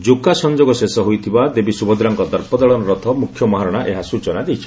ଯୋକା ସଂଯୋଗ ଶେଷ ହୋଇଥିବା ଦେବୀ ସୁଭଦ୍ରାଙ୍କ ଦର୍ପଦଳନ ରଥ ମୁଖ୍ୟ ମହାରଣା ସ୍ଚନା ଦେଇଛନ୍ତି